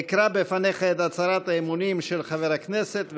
אקרא בפניך את הצהרת האמונים של חבר הכנסת,